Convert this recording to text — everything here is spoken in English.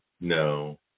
No